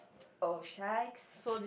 oh shikes